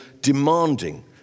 demanding